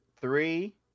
Three